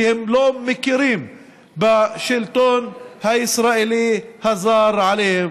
כי הם לא מכירים בשלטון הישראלי הזר עליהם.